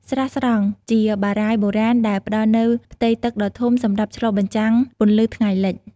ស្រះស្រង់: ជាបារាយណ៍បុរាណដែលផ្តល់នូវផ្ទៃទឹកដ៏ធំសម្រាប់ឆ្លុះបញ្ចាំងពន្លឺថ្ងៃលិច។